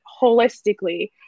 holistically